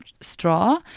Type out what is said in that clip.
straw